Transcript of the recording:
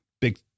big